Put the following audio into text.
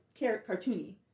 cartoony